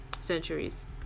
centuries